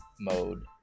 mode